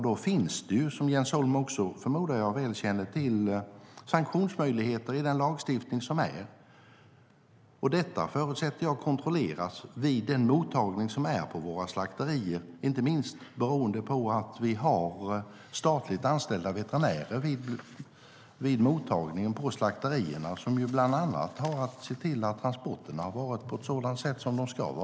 Då finns det, vilket jag förmodar att Jens Holm väl känner till, sanktionsmöjligheter i den lagstiftning vi har, och jag förutsätter att detta kontrolleras i samband med mottagningen på våra slakterier. Vi har statligt anställda veterinärer vid mottagningen på slakterierna, och de har bland annat att se till att transporterna sker på sådant sätt som de ska.